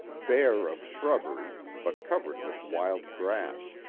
bare of shrubbery but covered with wild grass,